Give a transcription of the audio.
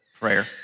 prayer